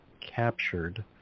captured